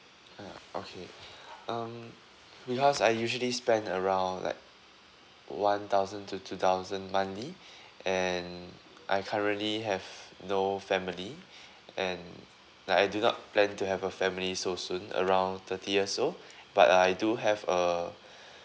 ah okay um because I usually spend around like one thousand to two thousand monthly and I currently have no family and like I do not plan to have a family so soon around thirty years old but I do have a